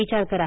विचार करा